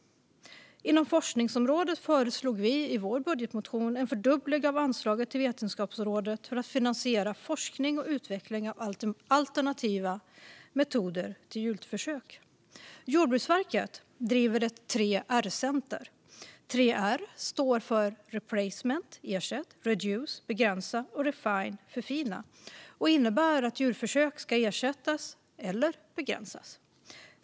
Inom forskningsområdet föreslog vi i vår budgetmotion en fördubbling av anslaget till Vetenskapsrådet för att finansiera forskning och utveckling av alternativa metoder till djurförsök. Jordbruksverket driver ett 3R-center. 3R står för replace, det vill säga ersätta, reduce, det vill säga begränsa, och refine, det vill säga förfina, och innebär att djurförsök ska ersättas eller begränsas.